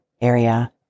area